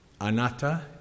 Anatta